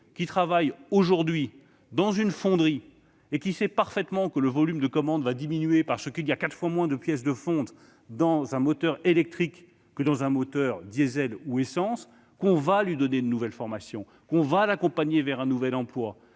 qui travaille aujourd'hui dans une fonderie, et qui sait parfaitement que le volume de commandes va diminuer- il y a quatre fois moins de pièces de fonte dans un moteur électrique que dans un moteur diesel ou essence -, que l'on va lui donner une nouvelle formation et l'accompagner vers un nouvel emploi.